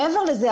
מעבר לזה,